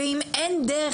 ואם אין דרך,